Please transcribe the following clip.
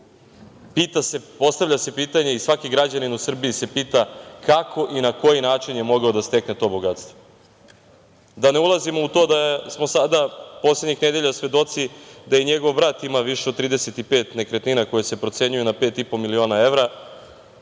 postavlja se pitanje i svaki građanin u Srbiji se pita – kako i na koji način je mogao da stekne to bogatstvo? Da ne ulazimo u to da smo sada poslednjih nedelja svedoci da i njegov brat ima više od 35 nekretnina koje se procenjuju na pet i po miliona evra,